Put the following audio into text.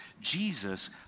Jesus